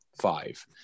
five